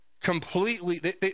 completely